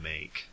make